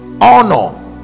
honor